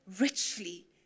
richly